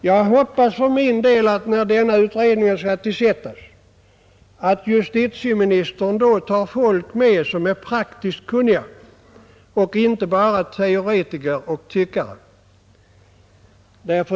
Jag hoppas för min del att justitieministern, när denna utredning skall tillsättas, tar med folk som är praktiskt kunniga och inte bara teoretiker och tyckare.